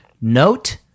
Note